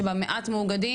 שבה מעט מאוגדים.